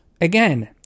again